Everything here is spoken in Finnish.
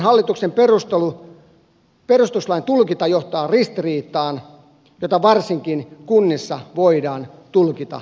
muutoinhan hallituksen perustuslain tulkinta johtaa ristiriitaan jota varsinkin kunnissa voidaan tulkita eri tavoin